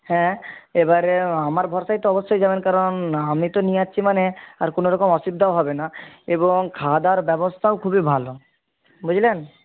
হ্যাঁ এবারে আমার ভরসায় তো অবশ্যই যাবেন কারণ আমি তো নিয়ে যাচ্ছি মানে আর কোনো রকম অসুবিধাও হবে না এবং খাওয়া দাওয়ার ব্যবস্থাও খুবই ভালো বুঝলেন